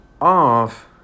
off